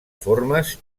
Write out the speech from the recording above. formes